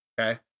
Okay